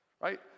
Right